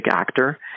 actor